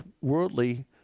worldly